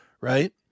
right